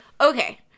Okay